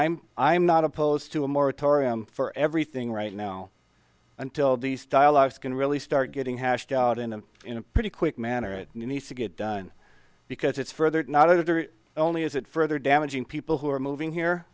i'm i'm not opposed to a moratorium for everything right now until these dialogues can really start getting hashed out in a in a pretty quick manner it needs to get done because it's further not editor only is it further damaging people who are moving here